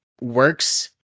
works